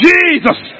Jesus